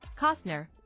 Costner